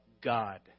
God